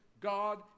God